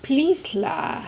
please lah